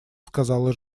сказала